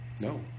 No